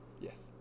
Yes